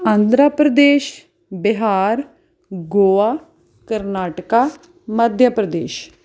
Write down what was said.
Andhra Pradesh Bihar Goa Karnataka Madhya Pradesh